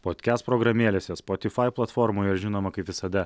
potkest programėlėse spotyfai platformoj ir žinoma kaip visada